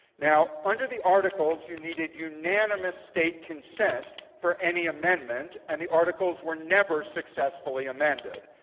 now under the articles you needed unanimous state consent for any amendment. and the articles were never successfully amended.